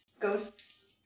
ghosts